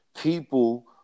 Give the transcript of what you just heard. people